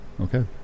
okay